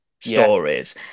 stories